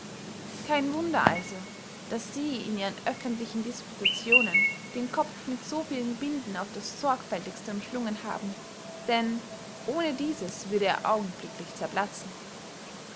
kein wunder also daß sie in ihren öffentlichen disputationen den kopf mit so vielen binden auf das sorgfältigste umschlungen haben denn ohne dieses würde er augenblicklich zerplatzen